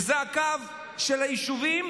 זה הקו של היישובים